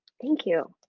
thank you.